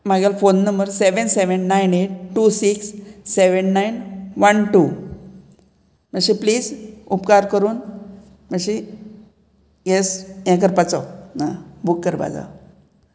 म्हागेलो phone number seven seven nine eight two six seven nine one two मातशे please उपकार करून मातशी येस हे करपाचो आं बूक करपाचो